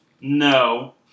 No